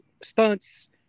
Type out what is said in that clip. stunts